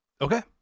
Okay